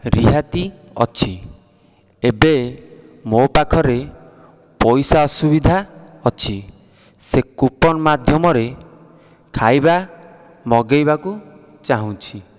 ରିହାତି ଅଛି ଏବେ ମୋ ପାଖରେ ପଇସା ଅସୁବିଧା ଅଛି ସେ କୁପନ୍ ମାଧ୍ୟମରେ ଖାଇବା ମଗାଇବାକୁ ଚାହୁଁଛି